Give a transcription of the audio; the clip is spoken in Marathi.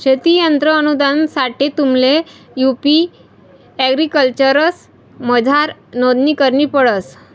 शेती यंत्र अनुदानसाठे तुम्हले यु.पी एग्रीकल्चरमझार नोंदणी करणी पडस